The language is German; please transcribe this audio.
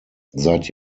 seit